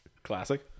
Classic